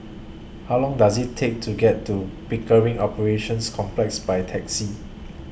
How Long Does IT Take to get to Pickering Operations Complex By Taxi